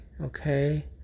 okay